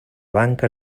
banca